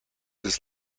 des